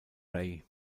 ray